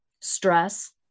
stress